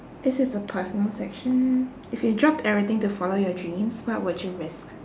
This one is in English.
this is a personal section if you dropped everything to follow your dreams what will you risk